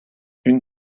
une